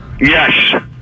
Yes